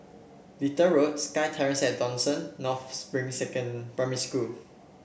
Little Road SkyTerrace at Dawson North Spring Second Primary School